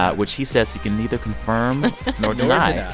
which he says he can neither confirm nor deny. yeah